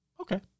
Okay